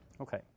Okay